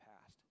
past